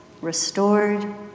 restored